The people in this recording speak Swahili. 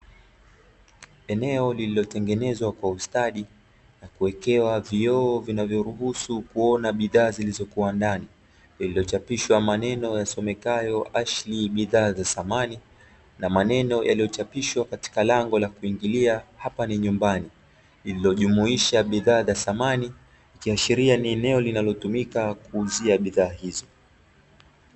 Eneo lililotengenezwa kwa ustadi na kuwekewa vioo vinavyoruhusu kuona bidhaa zilizokuwa ndani lililochapishwa maneno yasomekayo ¨Ashley¨ bidhaa za samani na maneno yaliyochapishwa katika lango la kuingilia hapa ni nyumbani lililojumuisha bidhaa za samani ikiashiria ni eneo linalotumika kuuzia bidhaa hizo.